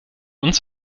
uns